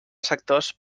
sectors